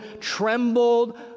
trembled